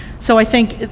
so i think,